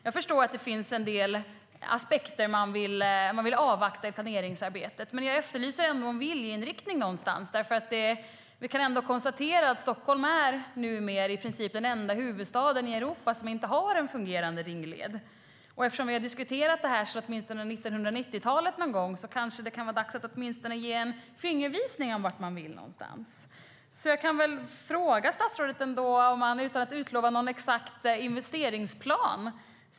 Jag förstår att det finns en del aspekter. Man vill avvakta i planeringsarbetet. Men jag efterlyser ändå en viljeinriktning. Vi kan nämligen konstatera att Stockholm numera i princip är den enda huvudstad i Europa som inte har en fungerande ringled. Och eftersom vi har diskuterat det här sedan 1990-talet kanske det kan vara dags att åtminstone ge en fingervisning om vart man vill någonstans. Jag kan väl fråga statsrådet om hon utan att utlova någon exakt investeringsplan kan säga något.